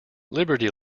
liberty